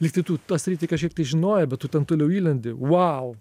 lygtai tu tą sritį kažkiek tai žinojau bet tu ten toliau įlendi vau